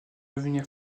venir